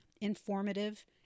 informative